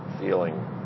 feeling